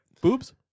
Boobs